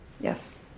yes